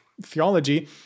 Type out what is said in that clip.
theology